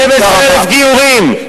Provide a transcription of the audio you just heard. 12,000 גיורים.